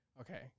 Okay